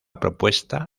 propuesta